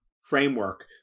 framework